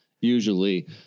usually